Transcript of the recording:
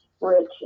rich